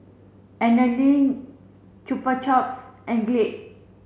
Anlene Chupa Chups and Glade